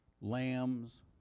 Lambs